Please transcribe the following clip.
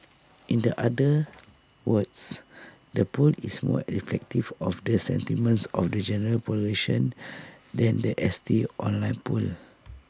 in the other words the poll is more reflective of the sentiments of the general population than The S T online poll